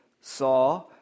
saw